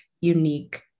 unique